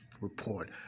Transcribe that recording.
report